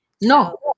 No